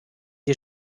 die